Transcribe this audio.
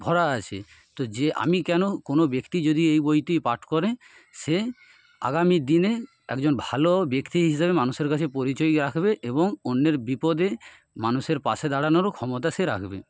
ভরা আছে তো যে আমি কেন কোনো ব্যক্তি যদি এই বইটি পাঠ করে সে আগামীদিনে একজন ভালো ব্যক্তি হিসাবে মানুষের কাছে পরিচয় রাখবে এবং অন্যের বিপদে মানুষের পাশে দাঁড়ানোরও ক্ষমতা সে রাখবে